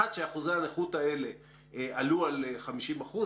אם אחוזי הנכות האלה עלו על 50 אחוזים,